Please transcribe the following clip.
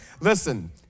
Listen